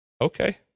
Okay